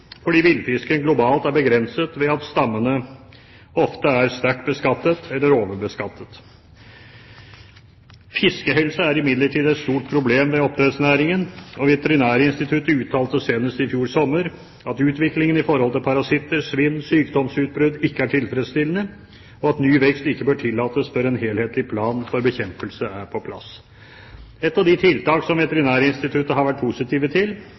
fordi villfisken globalt er begrenset ved at stammene ofte er sterkt beskattet eller overbeskattet. Fiskehelse er imidlertid et stort problem ved oppdrettsnæringen. Veterinærinstituttet uttalte senest i fjor sommer at utviklingen av parasitter, svinn og sykdomsutbrudd ikke er tilfredsstillende, og at ny vekst ikke bør tillates før en helhetlig plan for bekjempelse er på plass. Ett av tiltakene som Veterinærinstituttet har vært positiv til,